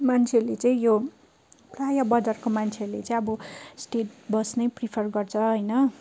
मान्छेले चाहिँ यो प्रायः बजारको मान्छेहरूले चाहिँ अब स्टेट बस नै प्रिफर गर्छ होइन